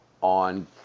on